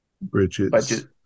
Bridges